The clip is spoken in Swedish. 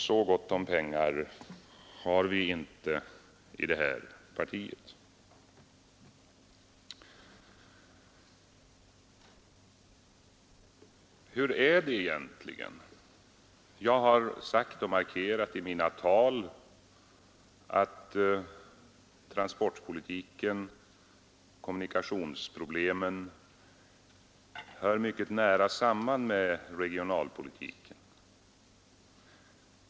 Så gott om pengar har vi inte i det här partiet. Hur ligger det egentligen till? Jag har sagt och markerat i mina tal att transportoch kommunikationsproblemen hör mycket nära samman med regionpolitiken.